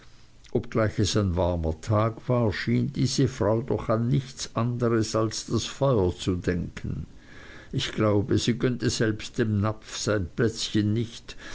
obgleich es ein warmer tag war schien diese frau doch an nichts als an das feuer zu denken ich glaube sie gönnte selbst dem napf sein plätzchen nicht